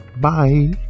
Bye